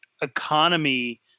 economy